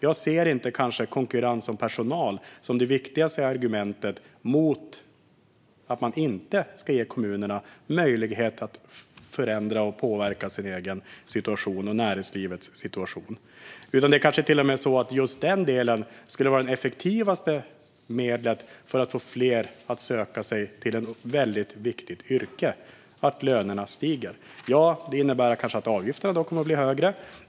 Jag ser inte konkurrens om personal som det viktigaste argumentet mot att ge kommunerna möjlighet att förändra och påverka sin egen och näringslivets situation. Löner som stiger kanske till och med skulle vara det mest effektiva medlet för att få fler att söka sig till ett viktigt yrke. Ja, det kanske skulle innebära att avgifterna blir högre.